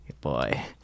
Boy